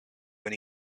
when